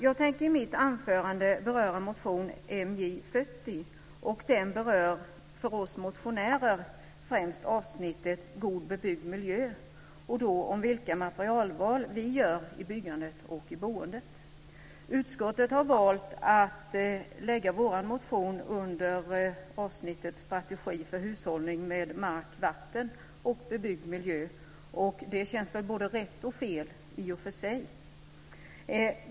Jag tänker i mitt anförande beröra motion MJ40, och den berör för oss motionärer främst avsnittet God bebyggd miljö och handlar om vilka materialval vi gör i byggandet och boendet. Utskottet har valt att lägga vår motion under avsnittet Strategi för hushållning med mark, vatten och bebyggd miljö, och det känns väl både rätt och fel i och för sig.